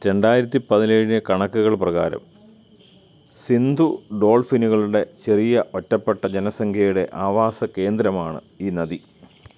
രണ്ടായിരത്തി പതിനേഴിലെ കണക്കുകൾ പ്രകാരം സിന്ധു ഡോൾഫിനുകളുടെ ചെറിയ ഒറ്റപ്പെട്ട ജനസംഖ്യയുടെ ആവാസകേന്ദ്രമാണ് ഈ നദി